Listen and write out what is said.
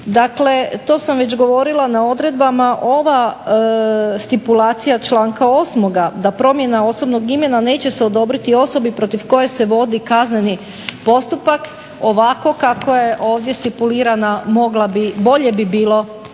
Dakle to sam već govorila na odredbama, ova stipulacija članka 8. da promjena osobnog imena neće se odobriti osobi protiv koje se vodi kazneni postupak, ovako kako je ovdje stipulirana bolje bi bilo